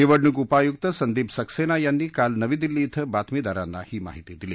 निवडणूक उपायुक्त संदीप सक्सेना यांनी काल नवी दिल्ली धिं बातमीदारांना ही माहिती दिली